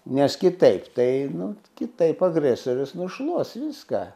nes kitaip tai nu kitaip agresorius nušluos viską